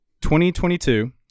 2022